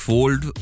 Fold